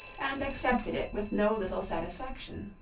and accepted it with no little satisfaction.